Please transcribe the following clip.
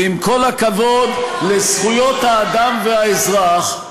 ועם כל הכבוד לזכויות האדם והאזרח,